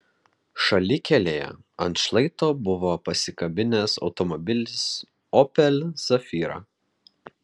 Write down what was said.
šalikelėje ant šlaito buvo pasikabinęs automobilis opel zafira